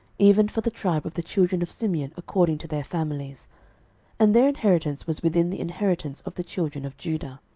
even for the tribe of the children of simeon according to their families and their inheritance was within the inheritance of the children of judah.